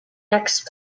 next